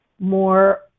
more